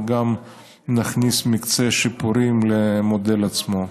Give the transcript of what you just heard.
וגם נכניס מקצה שיפורים למודל עצמו.